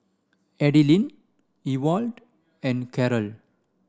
Adilene Ewald and Carrol